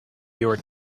your